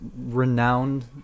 renowned